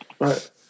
Right